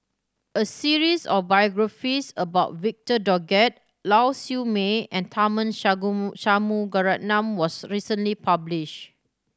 a series of biographies about Victor Doggett Lau Siew Mei and Tharman Shanmugaratnam was recently publish